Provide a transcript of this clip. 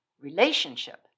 Relationship